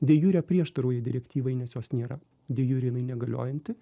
de jure prieštarauja direktyvai nes jos nėra de jure jinai negaliojanti